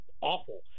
awful